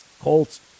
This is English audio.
Colts